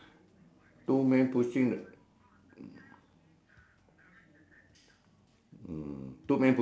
bikinis ladies with a safety float ah